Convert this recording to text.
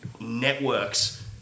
networks